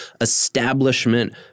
establishment